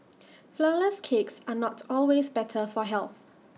Flourless Cakes are not always better for health